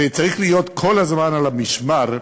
וצריך להיות כל הזמן על המשמר,